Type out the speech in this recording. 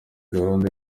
gahunda